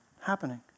happening